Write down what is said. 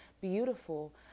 beautiful